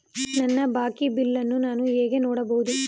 ನನ್ನ ಬಾಕಿ ಬಿಲ್ ಅನ್ನು ನಾನು ಹೇಗೆ ನೋಡಬಹುದು?